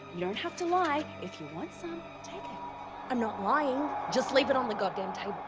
you don't have to lie, if you want some take it. i'm not lying, just leave it on the goddam table.